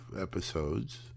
episodes